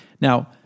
Now